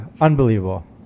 unbelievable